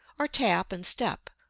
or tap and step,